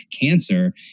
cancer